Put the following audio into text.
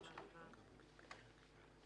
ב-(ב).